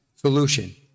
Solution